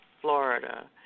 Florida